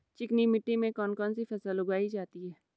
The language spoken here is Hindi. चिकनी मिट्टी में कौन कौन सी फसल उगाई जाती है?